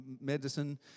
medicine